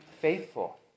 faithful